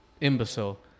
imbecile